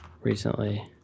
recently